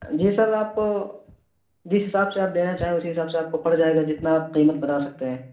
جی sir آپ جس حساب سے آپ دینا چاہیں اسی حساب سے آپ کو پڑ جائے گا جتنا آپ قیمت بتا سکتے ہیں